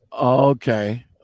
Okay